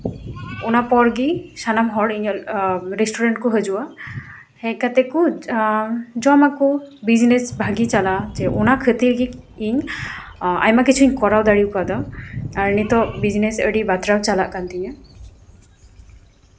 ᱚᱱᱟ ᱯᱚᱨ ᱜᱮ ᱥᱟᱱᱟᱢ ᱦᱚᱲ ᱤᱧᱟᱹᱜ ᱨᱮᱥᱴᱩᱨᱮᱱᱴ ᱠᱚ ᱦᱟᱹᱡᱩᱜᱼᱟ ᱦᱮᱡ ᱠᱟᱛᱮ ᱠᱚ ᱡᱚᱢ ᱡᱚᱢᱟᱠᱚ ᱵᱤᱡᱱᱮᱥ ᱵᱷᱟᱜᱮ ᱪᱟᱞᱟᱜᱼᱟ ᱡᱮ ᱚᱱᱟ ᱠᱷᱟᱹᱛᱤᱨ ᱜᱮ ᱤᱧ ᱟᱭᱢᱟ ᱠᱤᱪᱷᱩᱧ ᱠᱚᱨᱟᱣ ᱫᱟᱲᱮᱣ ᱠᱟᱫᱟ ᱟᱨ ᱱᱤᱛᱳᱜ ᱵᱤᱡᱽᱱᱮᱥ ᱟᱹᱰᱤ ᱵᱟᱛᱨᱟᱣ ᱪᱟᱞᱟᱜ ᱠᱟᱱ ᱛᱤᱧᱟᱹ